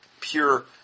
pure